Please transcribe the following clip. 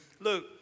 look